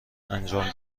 انجام